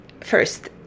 first